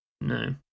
No